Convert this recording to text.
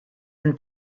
and